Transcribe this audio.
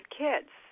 kids